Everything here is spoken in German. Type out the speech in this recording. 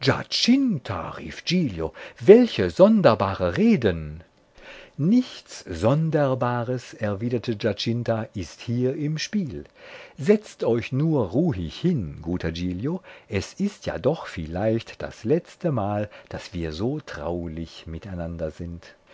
welche sonderbare reden nichts sonderbares erwiderte giacinta ist hier im spiel setzt euch nur ruhig hin guter giglio es ist ja doch vielleicht das letztemal daß wir so traulich miteinander sind